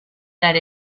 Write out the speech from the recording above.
that